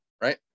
Right